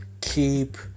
keep